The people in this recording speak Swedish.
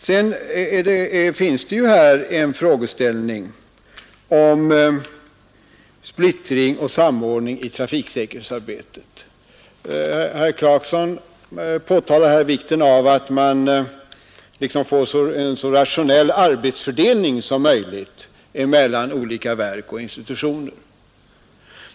Sedan har vi också frågan om splittring och samordning i trafiksäkerhetsarbetet. Herr Clarkson talade här om vikten av att man får en så rationell arbetsfördelning som möjligt mellan olika verk och institutioner.